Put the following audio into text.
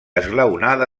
esglaonada